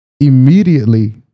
immediately